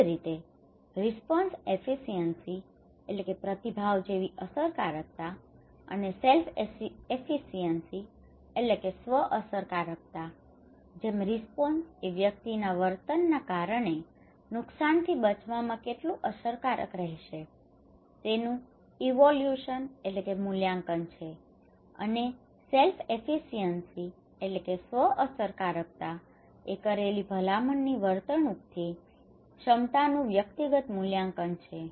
એ જ રીતે response efficiency response efficacy પ્રતિભાવ જેવી અસરકારકતા અને સેલ્ફ એફિસન્સીની self efficacy સ્વ અસરકારકતા જેમ રેસપોન્સ એ વ્યક્તિના વર્તનના કારણે નુકસાનથી બચાવવામાં કેટલું અસરકારક રહેશે તેનું ઇવોલ્યુશન evaluation મૂલ્યાંકન છે અને સેલ્ફ એફિસન્સીની self efficacy સ્વ અસરકારકતા એ કરેલી ભલામણની વર્તણૂકની ક્ષમતાનું વ્યક્તિગત મૂલ્યાંકન છે